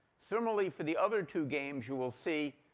similarly, for the other two games you will see